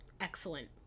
excellent